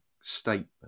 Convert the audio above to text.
statement